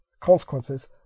consequences